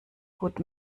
gut